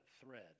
thread